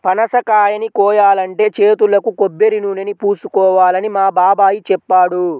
పనసకాయని కోయాలంటే చేతులకు కొబ్బరినూనెని పూసుకోవాలని మా బాబాయ్ చెప్పాడు